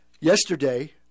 yesterday